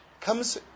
comes